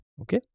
Okay